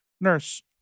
nurse